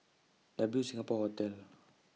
W Singapore Hotel